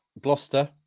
Gloucester